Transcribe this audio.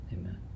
Amen